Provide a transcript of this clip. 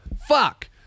Fuck